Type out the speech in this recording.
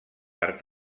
per